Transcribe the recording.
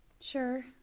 Sure